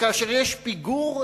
וכאשר יש פיגור,